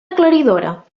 aclaridora